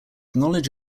knowledge